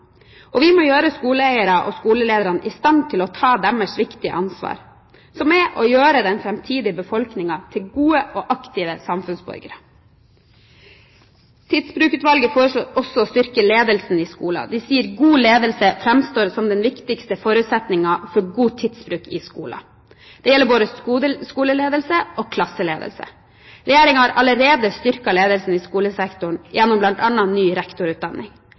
Vi må gjøre skoleeiere og skoleledere i stand til å ta det viktige ansvaret for å gjøre den framtidige befolkning til gode og aktive samfunnsborgere. Tidsbrukutvalget foreslår også å styrke ledelsen i skolen, og de mener at god ledelse framstår som den viktigste forutsetningen for god tidsbruk i skolen. Det gjelder både skoleledelse og klasseledelse. Regjeringen har allerede styrket ledelsen i skolesektoren gjennom bl.a. ny rektorutdanning.